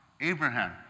Abraham